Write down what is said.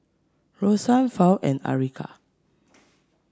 Roxann Fawn and Erica